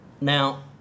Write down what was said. Now